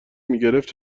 میگرفت